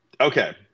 Okay